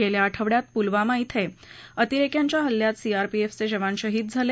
गेल्या आठवड्यात पुलवामा येथे अतिरेक्यांच्या हल्ल्यात सीआरपीएफचे जवान शहीद झाले